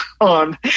on